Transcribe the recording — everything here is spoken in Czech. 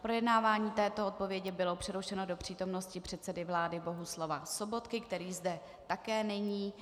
Projednávání této odpovědi bylo přerušeno do přítomnosti předsedy vlády Bohuslava Sobotky, který zde není.